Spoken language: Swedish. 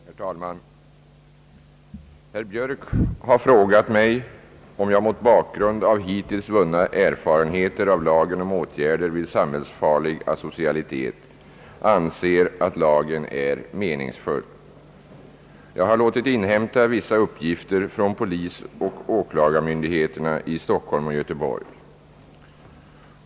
Herr talman! Herr Björk har i en interpellation frågat mig, om jag mot bakgrunden av hittills vunna erfarenheter av lagen om åtgärder vid samhällsfarlig asocialitet anser att lagen är meningsfull. Jag har låtit inhämta vissa uppgifter från polisoch åklagarmyndigheterna i Stockholm och Göteborg.